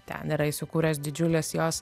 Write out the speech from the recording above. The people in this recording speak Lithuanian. ten yra įsikūręs didžiulis jos